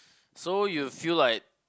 so you feel like